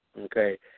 okay